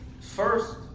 First